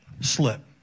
slip